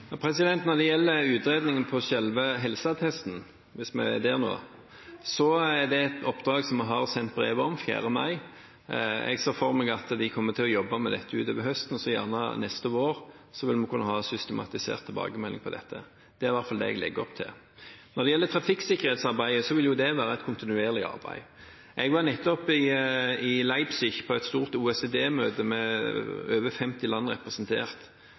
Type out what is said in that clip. Når det gjelder utredningen av selve helseattesten – hvis vi er der nå – er det et oppdrag som vi sendte brev om 4. mai. Jeg ser for meg at de kommer til å jobbe med dette utover høsten. Så vil vi gjerne neste vår kunne ha systematisert tilbakemelding om dette. Det er i hvert fall det jeg legger opp til. Når det gjelder trafikksikkerhetsarbeidet, vil det være et kontinuerlig arbeid. Jeg var nettopp i Leipzig, på et stort OECD-møte med over 50 land representert.